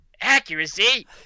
accuracy